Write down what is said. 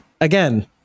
again